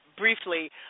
Briefly